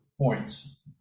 points